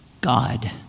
God